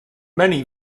many